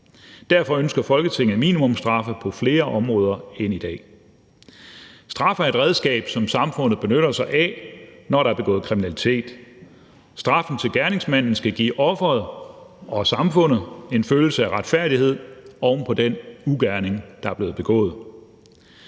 Derfor ønsker Folketinget minimumstraffe på flere områder end i dag. Straf er et redskab, som samfundet benytter sig af, når der er begået kriminalitet. Straffen til gerningsmanden skal give offeret og samfundet en følelse af retfærdighed oven på den ugerning, der er blevet begået.